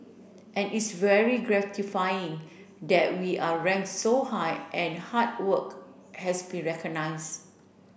and it's very gratifying that we are rank so high and hard work has been recognize